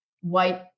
white